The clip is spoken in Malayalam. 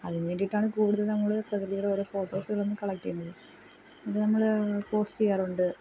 അതിന് വേണ്ടീട്ടാണ് കൂടുതൽ നമ്മൾ പ്രകൃതീടെ ഓരോ ഫോട്ടോസ്സ്കള്മ്മ കളക്ററ് ചെയ്യുന്നത് അതമ്മൾ പോസ്റ്റ് ചെയ്യാറുണ്ട്